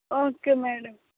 okay madam